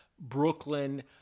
Brooklyn